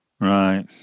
Right